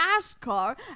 NASCAR